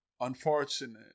unfortunate